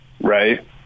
right